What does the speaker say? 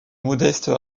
modeste